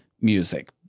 music